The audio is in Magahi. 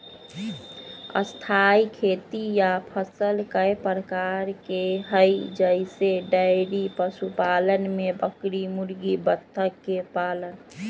स्थाई खेती या फसल कय प्रकार के हई जईसे डेइरी पशुपालन में बकरी मुर्गी बत्तख के पालन